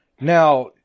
Now